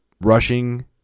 rushing